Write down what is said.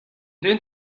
den